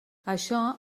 això